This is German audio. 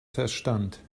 verstand